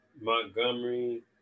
Montgomery